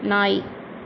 நாய்